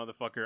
motherfucker